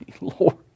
Lord